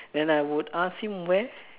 then I would ask him where